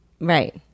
Right